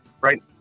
right